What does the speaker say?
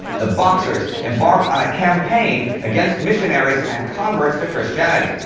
the boxers embarked on a campaign against missionaries and converts to christianity.